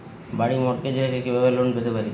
বাড়ি মর্টগেজ রেখে কিভাবে লোন পেতে পারি?